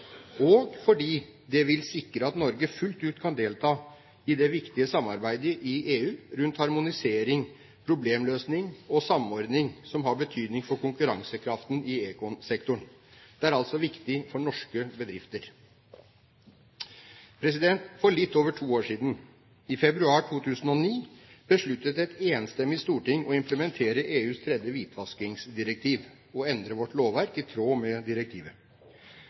og fordi det vil sikre at Norge fullt ut kan delta i det viktige samarbeidet i EU rundt harmonisering, problemløsning og samordning som har betydning for konkurransekraften i ekomsektoren. Det er viktig for norske bedrifter. For litt over to år siden, i februar 2009, besluttet et enstemmig storting å implementere EUs tredje hvitvaskingsdirektiv og endre vårt lovverk i tråd med direktivet.